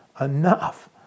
enough